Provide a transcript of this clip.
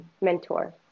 mentor